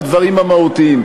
בדברים המהותיים.